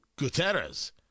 Guterres